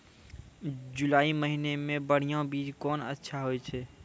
जुलाई महीने मे बढ़िया बीज कौन अच्छा होय छै?